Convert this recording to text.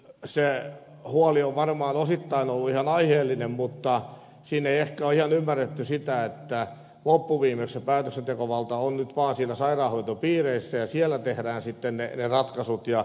se huoli on varmaan osittain ollut ihan aiheellinen mutta siinä ei ehkä ole ihan ymmärretty sitä että loppuviimeksi se päätöksentekovalta on nyt vaan siellä sairaanhoitopiireissä ja siellä tehdään sitten ne ratkaisut